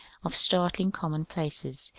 of startling commonplaces.